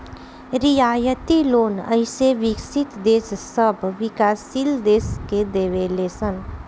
रियायती लोन अइसे विकसित देश सब विकाशील देश के देवे ले सन